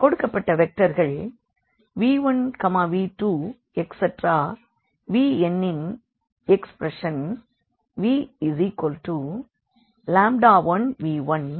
கொடுக்கப்பட்ட வெக்டர்கள் v1v2vnனின் எக்ஸ்ப்ரஷன் vλ1v12v2nvn